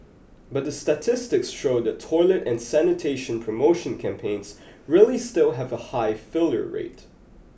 but the statistics show that toilet and sanitation promotion campaigns really still have a high failure rate